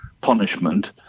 punishment